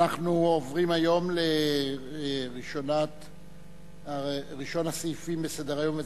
אנחנו עוברים היום לראשון הסעיפים בסדר-היום,